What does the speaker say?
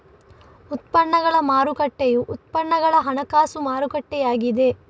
ಉತ್ಪನ್ನಗಳ ಮಾರುಕಟ್ಟೆಯು ಉತ್ಪನ್ನಗಳ ಹಣಕಾಸು ಮಾರುಕಟ್ಟೆಯಾಗಿದೆ